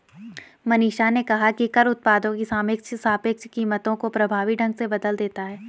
मनीषा ने कहा कि कर उत्पादों की सापेक्ष कीमतों को प्रभावी ढंग से बदल देता है